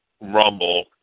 Rumble